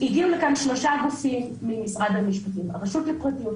הגיעו לכאן שלושה גופים ממשרד המשפטים: הרשות לפרטיות,